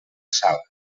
sala